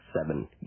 Seven